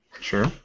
Sure